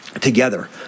together